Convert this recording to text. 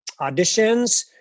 auditions